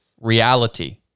reality